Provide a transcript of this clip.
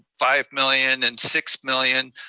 five million and six million,